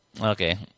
okay